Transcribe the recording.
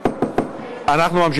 (תיקון,